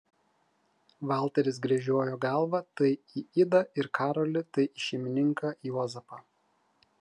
valteris gręžiojo galvą tai į idą ir karolį tai į šeimininką juozapą